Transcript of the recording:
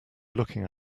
looking